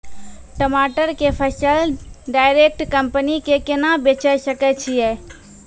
टमाटर के फसल डायरेक्ट कंपनी के केना बेचे सकय छियै?